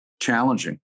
Challenging